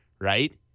right